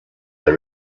they